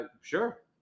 sure